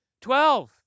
Twelve